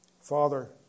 Father